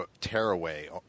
Tearaway